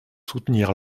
soutenir